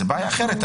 זאת בעיה אחרת.